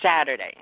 Saturday